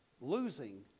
losing